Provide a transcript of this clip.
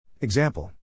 Example